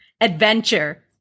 adventure